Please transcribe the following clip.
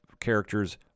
characters